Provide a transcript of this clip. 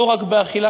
לא רק באכילה,